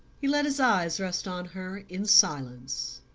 he let his eyes rest on her in silence